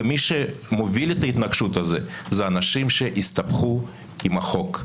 מי שמוביל את ההתנגשות הזאת הם אנשים שהסתבכו עם החוק.